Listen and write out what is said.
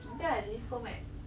I think I'll leave home at